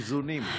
איזונים.